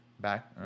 back